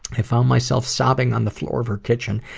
i found myself sobbing on the floor of her kitchen,